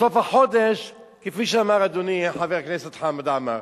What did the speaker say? בסוף החודש, כפי שאמר אדוני חבר הכנסת חמד עמאר,